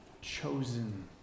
chosen